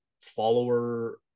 follower